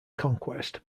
conquest